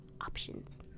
options